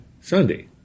Sunday